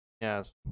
Yes